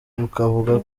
bukavuga